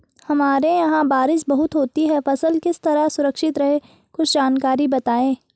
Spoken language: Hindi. हमारे यहाँ बारिश बहुत होती है फसल किस तरह सुरक्षित रहे कुछ जानकारी बताएं?